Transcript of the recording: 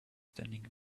standing